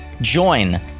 join